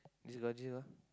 is legit lah